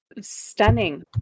stunning